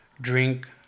drink